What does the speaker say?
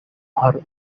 are